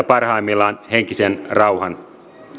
parhaimmillaan henkisen rauhan